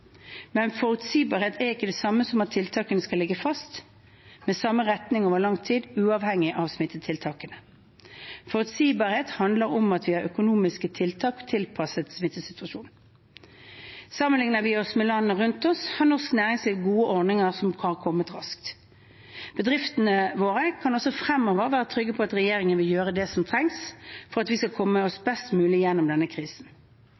Men forutsigbarhet er ikke det samme som at tiltakene skal ligge fast, med samme innretning over lang tid, uavhengig av smittetiltakene. Forutsigbarhet handler om at vi har økonomiske tiltak tilpasset smittesituasjonen. Sammenligner vi oss med landene rundt oss, har norsk næringsliv gode ordninger som har kommet raskt. Bedriftene våre kan også fremover være trygge på at regjeringen vil gjøre det som trengs for at vi skal komme oss best mulig gjennom denne krisen.